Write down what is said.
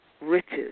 riches